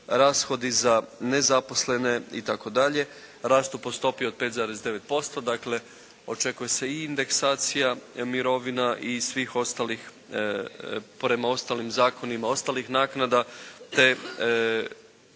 rastu po stopi od 5,9%, dakle očekuje se i indeksacija mirovina i svih ostalih prema ostalim zakonima ostalim naknada, te